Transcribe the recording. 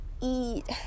eat